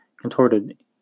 contorted